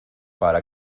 para